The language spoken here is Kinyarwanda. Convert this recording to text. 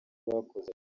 bakoze